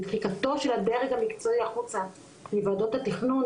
ודחיקתו של הדרך המקצועי החוצה מוועדות התכנון,